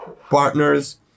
partners